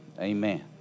Amen